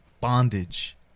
Bondage